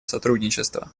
сотрудничества